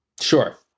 Sure